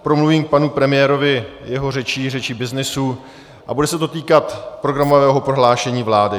Promluvím k panu premiérovi, jeho řečí, řečí byznysu, a bude se to týkat programového prohlášení vlády.